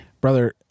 Brother